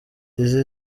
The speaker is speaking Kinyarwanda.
izi